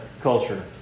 culture